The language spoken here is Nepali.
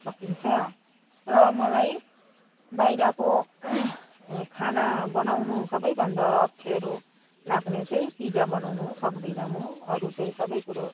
सकिन्छ र मलाई बाहिरको खाना बनाउनु सबैभन्दा अप्ठ्यारो लाग्ने चाहिँ पिज्जा बनाउनु सक्दिनँ म अरू चाहिँ सबै कुरो